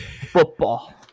football